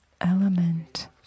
element